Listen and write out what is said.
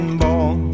born